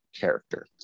character